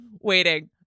waiting